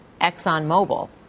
ExxonMobil